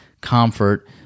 comfort